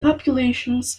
populations